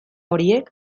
horiek